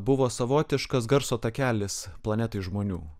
buvo savotiškas garso takelis planetai iš žmonių